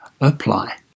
apply